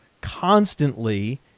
constantly